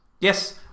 Yes